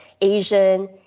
Asian